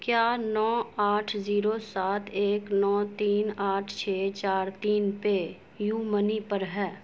کیا نو آٹھ زیرو سات ایک نو تین آٹھ چھ چار تین پے یو منی پر ہے